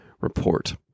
Report